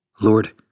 Lord